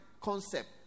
concept